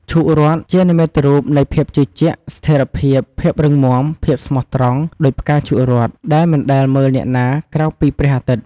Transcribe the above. ឈូករ័ត្ន ជានិមិត្តរូបនៃភាពជឿជាក់ ស្ថេរភាព ភាពរឹងមាំ ភាពស្មោះត្រង់ ដូចផ្កាឈូករ័ត្ន ដែលមិនដែលមើលអ្នកណាក្រៅពីព្រះអាទិត្យ។